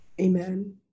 Amen